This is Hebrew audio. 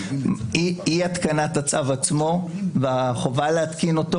אי התקנת הצו עצמו והחובה להתקין אותו